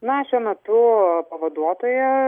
na šiuo metu pavaduotoja